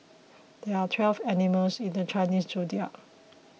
there are twelve animals in the Chinese zodiac